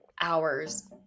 hours